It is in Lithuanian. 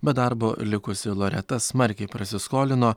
be darbo likusi loreta smarkiai prasiskolino